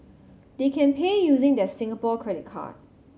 they can pay using their Singapore credit card